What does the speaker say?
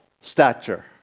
stature